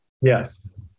Yes